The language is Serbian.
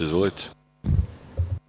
Izvolite.